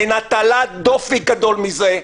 אין הטלת דופי גדולה מזה.